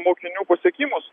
mokinių pasiekimus